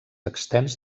extens